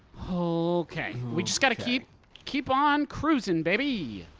okay. we just gotta keep keep on cruisin', baby!